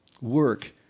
work